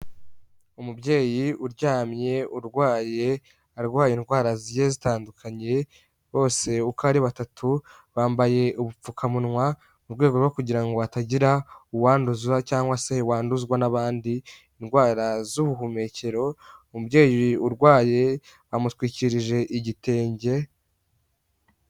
Umubyeyi uryamye urwaye, arwaye indwara zigiye zitandukanyekaniye, bose uko ari batatu bambaye ubupfukamunwa, mu rwego rwo kugira ngo hatagira uwanduza cyangwa se wanduzwa n'abandi indwara z'ubuhumekero, umubyeyi urwaye bamutwikirije igitenge.